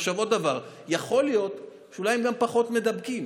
עוד דבר, יכול להיות שאולי הם גם פחות מידבקים,